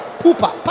pupa